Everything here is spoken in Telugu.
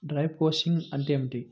డ్రై షోయింగ్ అంటే ఏమిటి?